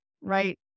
Right